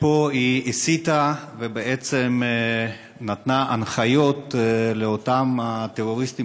היא הסיתה ונתנה הנחיות לאותם טרוריסטים